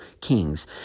kings